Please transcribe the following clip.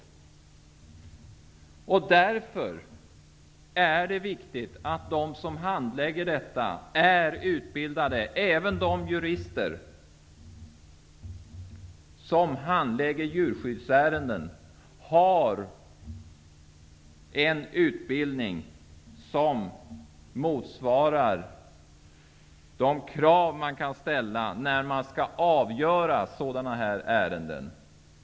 Det är därför viktigt att de som handlägger dessa ärenden är utbildade. Även de jurister som handlägger djurskyddsärenden skall ha en utbildning som motsvarar de krav man kan ställa vid avgörande av sådana här ärenden.